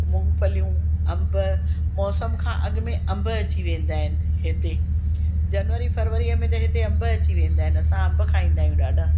मुंगफलियूं अम्ब मौसम खां अॻिमें अम्ब अची वेंदा आहिनि हिते जनवरी फरवरीअ में त हिते अम्ब अची वेंदा आहिनि असां अम्ब खाईंदा आहियूं ॾाढा